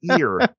ear